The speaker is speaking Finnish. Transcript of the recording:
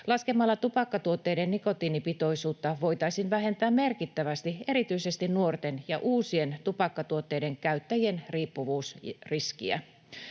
Laskemalla tupakkatuotteiden nikotiinipitoisuutta voitaisiin vähentää merkittävästi erityisesti nuorten ja uusien tupakkatuotteiden käyttäjien riippuvuusriskiä.